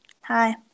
Hi